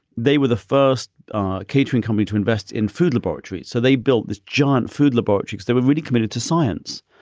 they were the first catering company to invest in food laboratories. so they built this giant food laboratory because they were really committed to science.